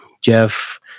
jeff